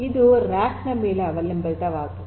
ಅದು ರ್ಯಾಕ್ ನ ಮೇಲೆ ಅವಲಂಬಿತವಾಗಿರುತ್ತದೆ